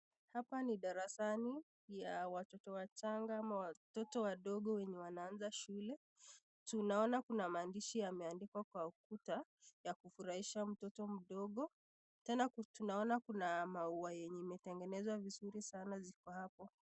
Hapa ni darasani ya watoto wachanga ama watoto wadogo wenye wanaanza shule. Tunaona kuna maandishi yameandikwa kwa ukuta ya kufurahisha mtoto mdogo. Tena tunaona kuna maua yenye imetengenezwa vizuri sana ziko hapo.